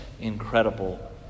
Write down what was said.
incredible